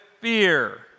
fear